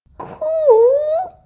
cool!